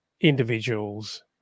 individuals